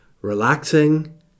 Relaxing